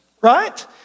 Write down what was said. right